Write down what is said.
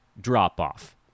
drop-off